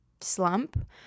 slump